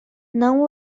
não